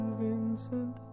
Vincent